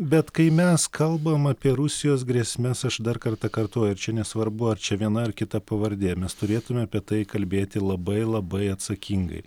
bet kai mes kalbam apie rusijos grėsmes aš dar kartą kartoju ir čia nesvarbu ar čia viena ar kita pavardė mes turėtume apie tai kalbėti labai labai atsakingai